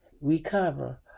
recover